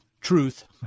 truth